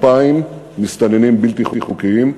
2,000 מסתננים בלתי חוקיים.